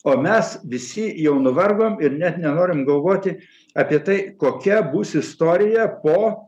o mes visi jau nuvargom ir net nenorim galvoti apie tai kokia bus istorija po